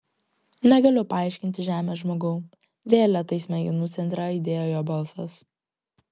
negaliu paaiškinti žemės žmogau vėl lėtai smegenų centre aidėjo jo balsas